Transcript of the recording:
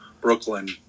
Brooklyn